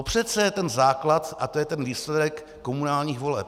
To je přece ten základ a to je ten výsledek komunálních voleb.